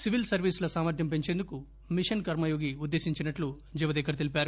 civil సర్వీసుల సామర్థం పెంచేందుకు మిషన్ కర్మ యోగి ఉద్దేశించినట్టు జవదేకర్ తెలిపారు